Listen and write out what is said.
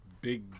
big